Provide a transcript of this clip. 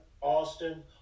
Austin